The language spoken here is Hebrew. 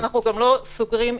האם אפשר לקבל דוגמה איפה זה נעשה?